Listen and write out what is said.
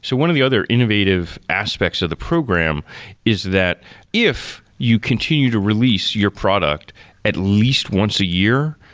so one of the other innovative aspects of the program is that if you continue to release your product at least once a year,